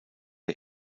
der